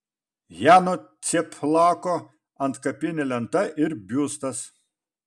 jano cieplako antkapinė lenta ir biustas